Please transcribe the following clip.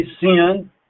sin